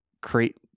create